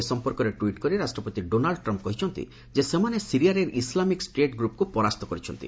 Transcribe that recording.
ଏ ସଂପର୍କରେ ଟ୍ୱିଟ୍ କରି ରାଷ୍ଟ୍ରପତି ଡୋନାଲ୍ଡ ଟ୍ରମ୍ପ କହିଛନ୍ତି ଯେ ସେମାନେ ସିରିଆରେ ଇସ୍ଲାମିକ୍ ଷ୍ଟେଟ୍ ଗ୍ରପ୍କୁ ପରାସ୍ତ କରିଛନ୍ତି